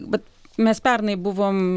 bet mes pernai buvom